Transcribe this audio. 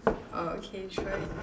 oh okay sure